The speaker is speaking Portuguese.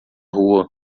rua